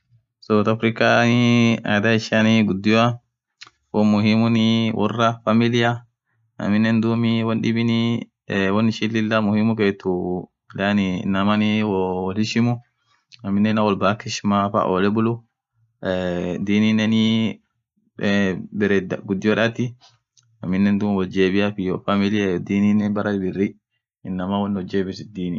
South african adhaa ishian ghudio wonn muhimu worra familia aminen won dhib ishin kethuu yaani inamaanii woo wol hishimu aminen ñaam wol akaa heshima olle bulu dininen berre ghudio dhathi aminen woth jebiaf iyo familiaf dini mara birri wonth nujebisit dini